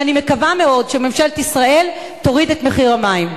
ואני מקווה מאוד שממשלת ישראל תוריד את מחיר המים.